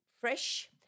fresh